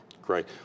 Great